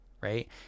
right